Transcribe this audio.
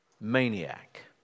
maniac